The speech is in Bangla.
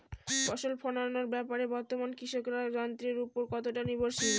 ফসল ফলানোর ব্যাপারে বর্তমানে কৃষকরা যন্ত্রের উপর কতটা নির্ভরশীল?